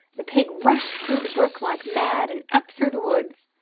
the pig rushed through the brook like mad and up through the woods.